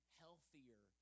healthier